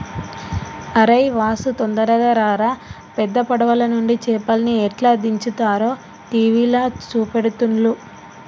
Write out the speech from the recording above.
అరేయ్ వాసు తొందరగా రారా పెద్ద పడవలనుండి చేపల్ని ఎట్లా దించుతారో టీవీల చూపెడుతుల్ను